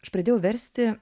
aš pradėjau versti